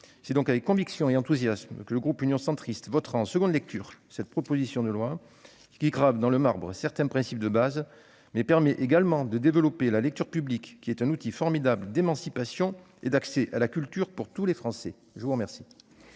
c'est donc avec conviction et enthousiasme que le groupe Union Centriste votera en seconde lecture cette proposition de loi, qui grave dans le marbre certains principes de base, mais permet également de développer la lecture publique, un outil formidable d'émancipation et d'accès à la culture pour tous les Français. La parole